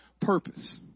purpose